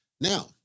Now